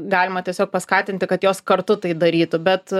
galima tiesiog paskatinti kad jos kartu tai darytų bet